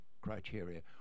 criteria